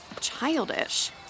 Childish